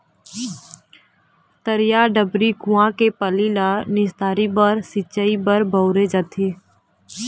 तरिया, डबरी, कुँआ के पानी ल निस्तारी बर, सिंचई बर बउरे जाथे